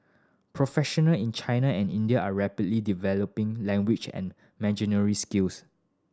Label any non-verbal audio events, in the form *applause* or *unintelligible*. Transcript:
professional in China and India are rapidly developing language and *unintelligible* skills